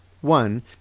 one